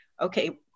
okay